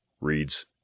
Reads